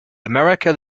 america